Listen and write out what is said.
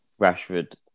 Rashford